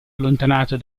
allontanato